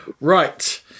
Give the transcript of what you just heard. Right